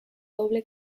doble